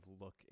look